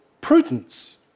prudence